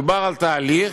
מדובר על תהליך